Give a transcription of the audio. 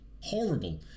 Horrible